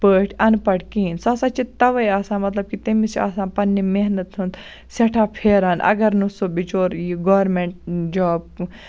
پٲٹھۍ اَنپَڑھ کِہیٖنٛۍ سُہ ہَسا چھِ تَوَے آسان مَطلَب کہِ تٔمِس چھِ آسان پَننہِ محنَت ہُنٛد سیٚٹھاہ پھیران اَگَر نہٕ سُہ بِچور یہِ گورمِنٹ جاب